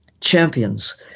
champions